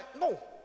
No